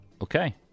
Okay